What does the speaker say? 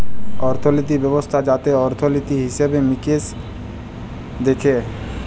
অর্থলিতি ব্যবস্থা যাতে অর্থলিতি, হিসেবে মিকেশ দ্যাখে